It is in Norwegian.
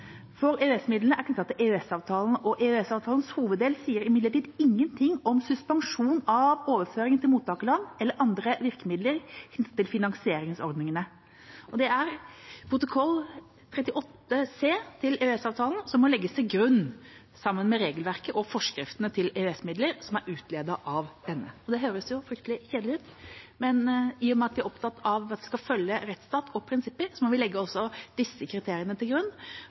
er knyttet til EØS-avtalen, EØS-avtalens hoveddel sier imidlertid ingenting om suspensjon av overføring til mottakerland eller andre virkemidler knyttet til finansieringsordningene. Det er protokoll 38c til EØS-avtalen som må legges til grunn, sammen med regelverket og forskriftene til EØS-midler som er utledet av denne. Det høres jo fryktelig kjedelig ut, men i og med at vi er opptatt av at vi skal følge rettsstatsprinsipper, må vi legge også disse kriteriene til grunn